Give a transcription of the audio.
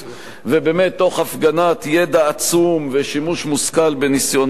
ובאמת תוך הפגנת ידע עצום ושימוש מושכל בניסיונה הרב.